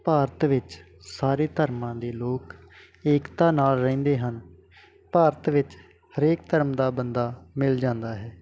ਭਾਰਤ ਵਿੱਚ ਸਾਰੇ ਧਰਮਾਂ ਦੇ ਲੋਕ ਏਕਤਾ ਨਾਲ ਰਹਿੰਦੇ ਹਨ ਭਾਰਤ ਵਿੱਚ ਹਰੇਕ ਧਰਮ ਦਾ ਬੰਦਾ ਮਿਲ ਜਾਂਦਾ ਹੈ